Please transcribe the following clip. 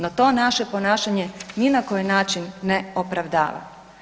No, to naše ponašanje ni na koji način ne opravdava.